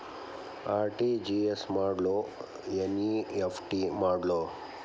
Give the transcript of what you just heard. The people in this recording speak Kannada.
ಆರ್.ಟಿ.ಜಿ.ಎಸ್ ಮಾಡ್ಲೊ ಎನ್.ಇ.ಎಫ್.ಟಿ ಮಾಡ್ಲೊ?